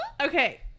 Okay